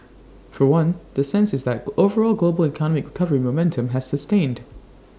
for one the sense is that overall global economic recovery momentum has sustained